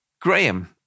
Graham